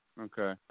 Okay